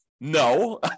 No